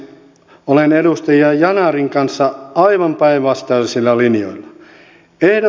olen edustaja yanarin kanssa aivan päinvastaisilla linjoilla